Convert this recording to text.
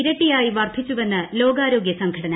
ഇരട്ടിയായി വർദ്ധിച്ചുവെന്ന് ലോകാരോഗൃ സംഘടന